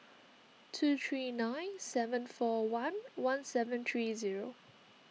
two three nine seven four one one seven three zero